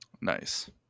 Nice